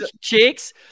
chicks